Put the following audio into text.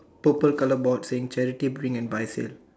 purple color ball thing charity bring and buy sale